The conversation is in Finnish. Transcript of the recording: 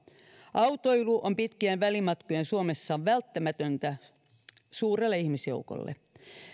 autoilu on pitkien välimatkojen suomessa välttämätöntä suurelle ihmisjoukolle